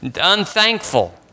unthankful